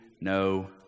no